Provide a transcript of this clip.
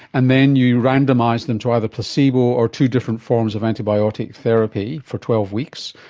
and then you randomised them to either placebo or two different forms of antibiotic therapy for twelve weeks.